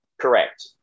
Correct